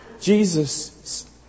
Jesus